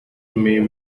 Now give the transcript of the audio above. may